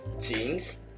jeans